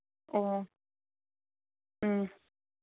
ꯑꯣ ꯎꯝ